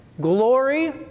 Glory